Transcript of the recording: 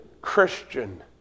Christian